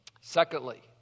Secondly